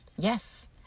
Yes